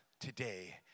today